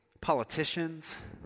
Politicians